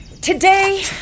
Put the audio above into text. Today